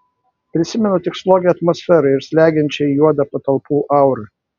prisimenu tik slogią atmosferą ir slegiančiai juodą patalpų aurą